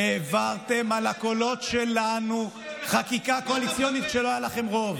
העברתם על הקולות שלנו חקיקה קואליציונית כשלא היה לכם רוב.